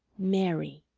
mary.